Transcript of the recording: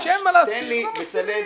כשאין מה להסתיר, לא מסתירים.